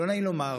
לא נעים לומר,